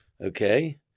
okay